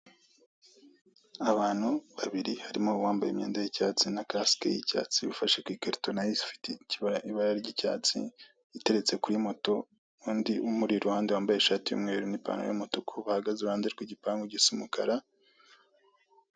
Abantu babiri harimo uwambaye imyenda y'icyatsi na kasike y'icyatsi ufashye ku ikarito nayo ifite ibara ry'icyatsi iteretse kuri moto n'undi umuri i ruhande wambaye ishati y'umweru n'ipantaro y'umutuku bahagaze i ruhande rw'igipangu gisa umukara.